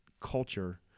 culture